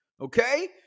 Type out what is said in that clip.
okay